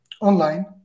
online